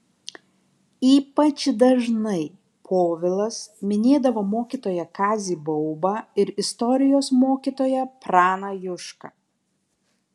ypač dažnai povilas minėdavo mokytoją kazį baubą ir istorijos mokytoją praną jušką